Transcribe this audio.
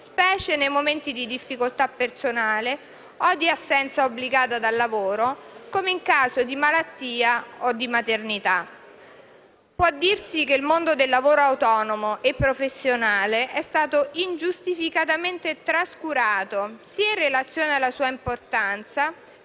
specie nei momenti di difficoltà personale o di assenza obbligata da lavoro, come in caso di malattia o di maternità. Può dirsi che il mondo del lavoro autonomo e professionale sia stato ingiustificatamente trascurato, sia in relazione alla sua importanza,